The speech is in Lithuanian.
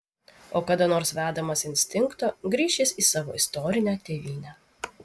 o kada nors vedamas instinkto grįš jis į savo istorinę tėvynę